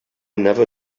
never